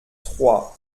trois